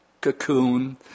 cocoon